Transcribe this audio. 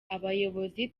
abayobozi